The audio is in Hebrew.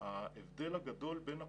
ההבדל הגדול בין הקופות,